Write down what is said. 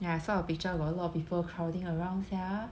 ya I saw the picture got a lot of people crowding around sia